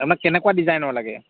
আপোনাক কেনেকুৱা ডিজাইনৰ লাগে